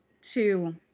two –